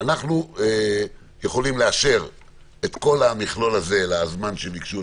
אנחנו יכולים לאשר את כל המכלול הזה לזמן שהם ביקשו,